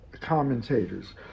commentators